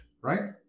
right